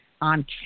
on